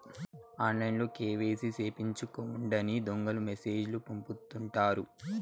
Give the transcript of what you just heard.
ఆన్లైన్లో కేవైసీ సేపిచ్చుకోండని దొంగలు మెసేజ్ లు పంపుతుంటారు